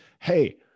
hey